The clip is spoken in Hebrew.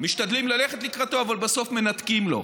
משתדלים ללכת לקראתו, אבל בסוף מנתקים לו.